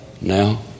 now